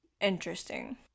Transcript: interesting